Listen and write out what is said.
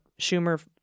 Schumer